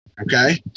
Okay